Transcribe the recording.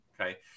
okay